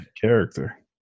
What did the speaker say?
character